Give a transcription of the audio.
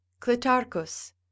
Clitarchus